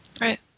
Right